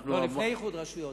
לא, לפני איחוד רשויות.